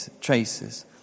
traces